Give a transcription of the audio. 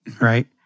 right